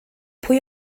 pwy